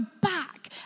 back